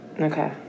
Okay